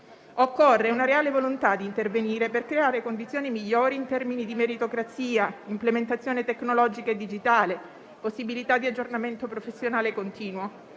Occorre una reale volontà di intervenire per creare condizioni migliori in termini di meritocrazia, implementazione tecnologica e digitale, possibilità di aggiornamento professionale continuo,